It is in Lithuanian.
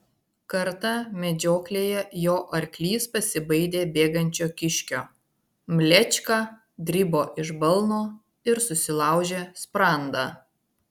kartą medžioklėje jo arklys pasibaidė bėgančio kiškio mlečka dribo iš balno ir susilaužė sprandą